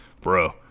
bro